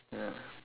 yeah